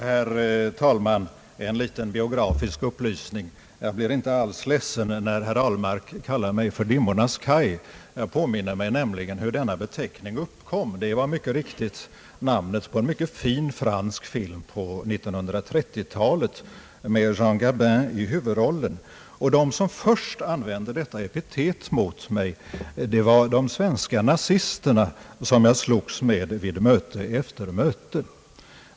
Herr talman! En liten biografisk upplysning! Jag blir inte alls ledsen när herr Ahlmark kallar mig »Dimmornas Kaj». Jag påminner mig nämligen hur denna beteckning uppkom. Det var mycket riktigt namnet på en mycket fin fransk film från 1930-talet med Jean Gabin i huvudrollen. De som först använde detta epitet mot mig var de svenska nazisterna som jag slogs med vid möte efter möte.